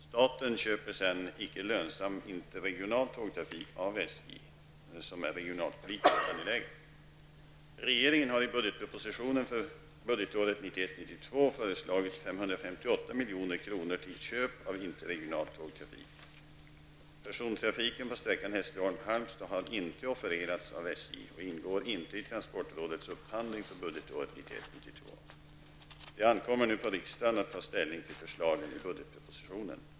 Staten köper sedan icke lönsam interregional tågtrafik av SJ som är regionalpolitiskt angelägen. Hässleholm--Halmstad har inte offererats av SJ och ingår inte i transportrådets upphandling för budgetåret 1991/92. Det ankommer nu på riksdagen att ta ställning till förslagen i budgetpropositionen.